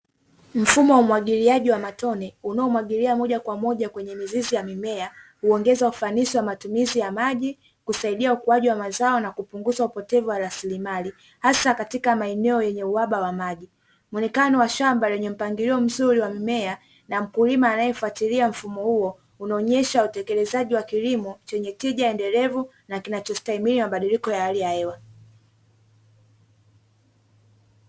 Mfumo wa umwagiliaji wa matone unaomwagilia moja kwa moja kwenye mizizi ya mimea huongeza ufanisi wa matumizi ya maji, kusaidia kupunguza upotevu wa masilimali, hasa katika maeneo yenye uhaba wa maji. Muonekana wa shamba lenye mpangilio mzuri wa mimea na mkulima anayefuatilia mfumo huo unaonyesha utelekezaji wa kilimo chenye tiba endelevu na kinachostahimili mabadiliko ya hali ya hewa.